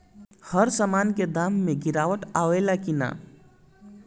हर सामन के दाम मे गीरावट आवेला कि न?